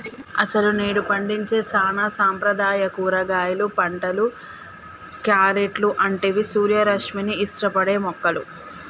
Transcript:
అసలు నేడు పండించే సానా సాంప్రదాయ కూరగాయలు పంటలు, క్యారెట్లు అంటివి సూర్యరశ్మిని ఇష్టపడే మొక్కలు